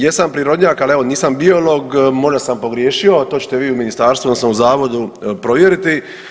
Jesam prirodnjak ali evo nisam biolog, možda sam pogriješio ali to ćete vi u ministarstvu odnosno u zavodu provjeriti.